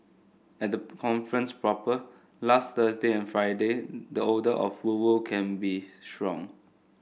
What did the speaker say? at the conference proper last Thursday and Friday the odour of woo woo can be strong